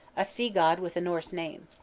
a sea-god with a norse name.